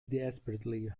desperately